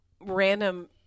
random